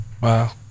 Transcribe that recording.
wow